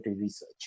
research